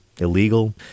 illegal